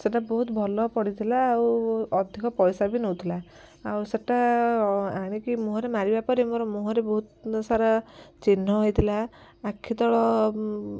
ସେଇଟା ବହୁତ ଭଲ ପଡ଼ିଥିଲା ଆଉ ଅଧିକ ପଇସା ବି ନଉଥିଲା ଆଉ ସେଇଟା ଆଣିକି ମୁହଁରେ ମାରିବା ପରେ ମୋର ମୁହଁରେ ବହୁତ ସାରା ଚିହ୍ନ ହେଇଥିଲା ଆଖିତଳ